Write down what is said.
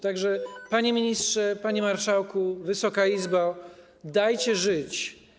Tak że, panie ministrze, panie marszałku, Wysoka Izbo, dajcie żyć.